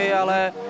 ale